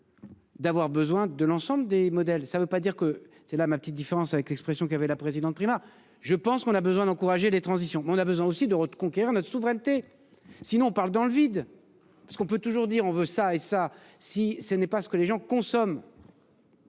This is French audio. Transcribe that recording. D'avoir besoin de l'ensemble des modèles ça veut pas dire que c'est là ma petite différence avec l'expression qui avait la présidente Prima. Je pense qu'on a besoin d'encourager les transitions mais on a besoin aussi de reconquérir notre souveraineté sinon on parle dans le vide parce qu'on peut toujours dire on veut ça et ça, si ce n'est pas ce que les gens consomment.